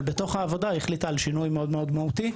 אבל בתוך העבודה היא החליטה על שינוי מאוד מאוד מהותי,